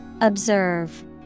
Observe